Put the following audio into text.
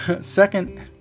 second